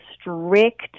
strict